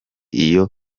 iyo